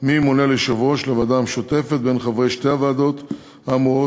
מי ימונה ליושב-ראש הוועדה המשותפת מבין חברי שתי הוועדות האמורות,